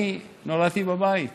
אני נולדתי בבית,